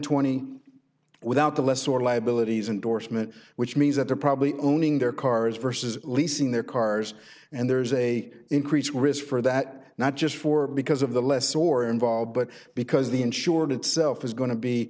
dollars without the less or liabilities indorsement which means that they're probably owning their cars versus leasing their cars and there's a increased risk for that not just for because of the less or involved but because the insured itself is go